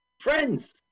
friends